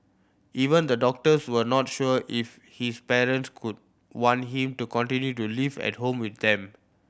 even the doctors were not sure if his parent would want him to continue to live at home with them